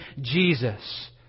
Jesus